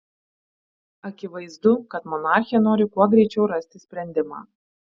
akivaizdu kad monarchė nori kuo greičiau rasti sprendimą